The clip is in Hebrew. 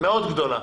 מאוד גדולה